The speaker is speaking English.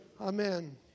Amen